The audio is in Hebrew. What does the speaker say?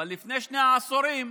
אבל לפני שני עשורים,